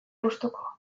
gustuko